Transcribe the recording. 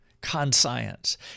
conscience